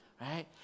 right